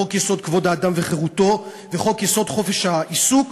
חוק-יסוד: כבוד האדם וחירותו וחוק-יסוד: חופש העיסוק,